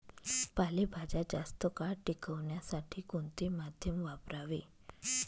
पालेभाज्या जास्त काळ टिकवण्यासाठी कोणते माध्यम वापरावे?